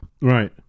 Right